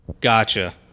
Gotcha